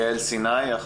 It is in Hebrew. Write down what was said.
יעל סיני, בבקשה.